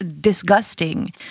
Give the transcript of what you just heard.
disgusting